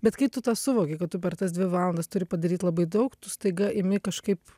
bet kai tu tą suvoki kad tu per tas dvi valandas turi padaryt labai daug tu staiga imi kažkaip